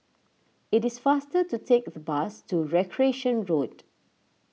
it is faster to take the bus to Recreation Road